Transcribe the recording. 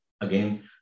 again